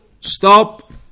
stop